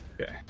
okay